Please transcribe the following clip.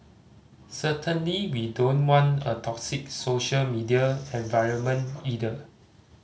certainly we don't want a toxic social media environment either